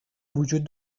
وجود